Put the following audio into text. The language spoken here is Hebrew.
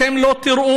אתם לא תראו,